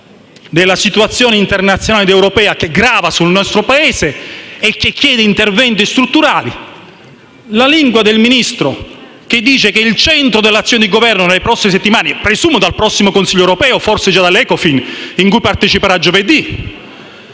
della situazione internazionale ed europea che grava sul nostro Paese e che chiede interventi strutturali; la lingua del Ministro, che dice che il centro dell'azione di Governo nelle prossime settimane - presumo dal prossimo Consiglio europeo, forse già dall'Ecofin a cui parteciperà giovedì